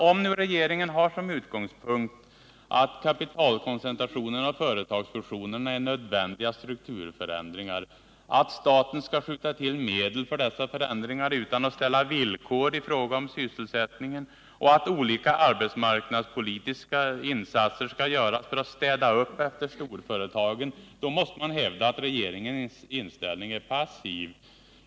Om regeringen har som utgångspunkt att kapitalkoncentrationen och företagsfusionerna är nödvändiga strukturförändringar, att staten skall skjuta till medel för dessa förändringar utan att ställa villkor i fråga om sysselsättning och att olika arbetsmarknadspolitiska insatser skall göras för att städa upp efter storföretagen, måste man hävda att regeringens inställning är passiv.